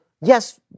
yes